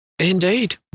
Indeed